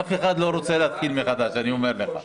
אף אחד לא רוצה להתחיל מחדש, אני אומר לך.